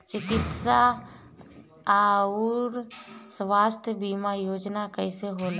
चिकित्सा आऊर स्वास्थ्य बीमा योजना कैसे होला?